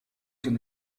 den